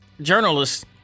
journalists